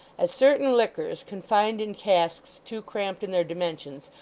as certain liquors, confined in casks too cramped in their dimensions,